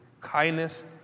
kindness